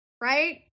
right